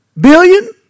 billion